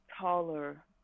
taller